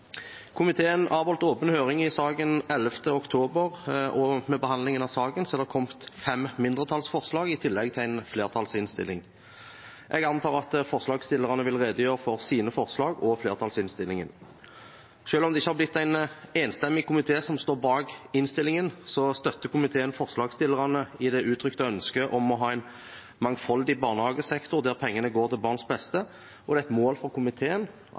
Komiteen avholdt åpen høring i saken 11. oktober, og ved behandlingen av saken har det kommet fem mindretallsforslag i tillegg til en flertallsinnstilling. Jeg antar at forslagsstillerne vil redegjøre for sine forslag og flertallsinnstillingen. Selv om det ikke har blitt en enstemmig komité som står bak innstillingen, støtter komiteen forslagsstillerne i det uttrykte ønsket om å ha en mangfoldig barnehagesektor der pengene går til barns beste. Det er et mål for komiteen